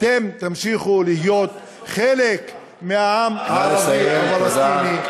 אתם תמשיכו להיות חלק מהעם הערבי הפלסטיני,